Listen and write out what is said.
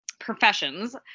professions